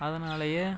அதனாலேயே